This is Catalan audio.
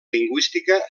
lingüística